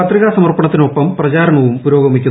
പത്രികാ സമർപ്പ ണത്തിനൊപ്പം പ്രചാരണവും പുരോഗമിക്കുന്നു